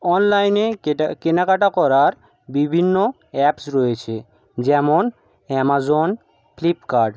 অনলাইনে কেনা কাটা করার বিভিন্ন অ্যাপস রয়েছে যেমন অ্যামাজন ফ্লিপকার্ট